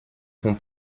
com